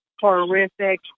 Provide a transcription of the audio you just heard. horrific